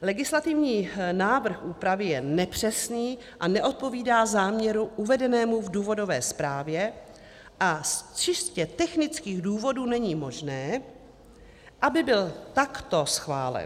Legislativní návrh úpravy je nepřesný a neodpovídá záměru uvedenému v důvodové zprávě a z čistě technických důvodů není možné, aby byl takto schválen.